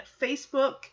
Facebook